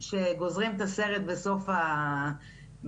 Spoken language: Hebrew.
שגוזרים את הסרט בחניכה,